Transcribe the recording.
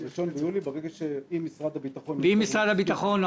ב-1 ביולי אם משרד הביטחון --- אם משרד הביטחון או